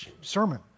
sermon